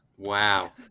Wow